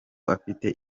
afite